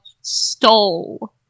Stole